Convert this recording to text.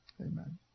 Amen